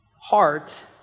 heart